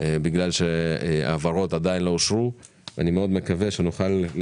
גם התקנות שהן יותר מאשר טכניות הן תקנות שנועדו